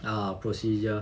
err procedure